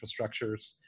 infrastructures